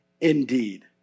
indeed